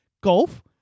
Golf